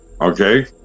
Okay